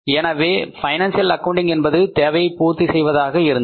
எனவே financial accounting என்பது தேவையை பூர்த்தி செய்வதாக இருந்தது